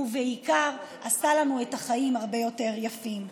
ובעיקר עשה לנו את החיים הרבה יותר יפים.